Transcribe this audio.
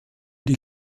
die